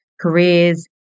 careers